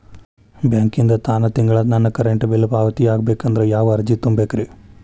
ಬ್ಯಾಂಕಿಂದ ತಾನ ತಿಂಗಳಾ ನನ್ನ ಕರೆಂಟ್ ಬಿಲ್ ಪಾವತಿ ಆಗ್ಬೇಕಂದ್ರ ಯಾವ ಅರ್ಜಿ ತುಂಬೇಕ್ರಿ?